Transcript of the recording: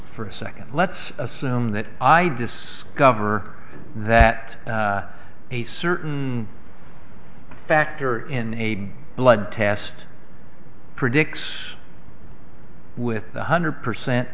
for a second let's assume that i discover that a certain factor in a blood test predicts with one hundred percent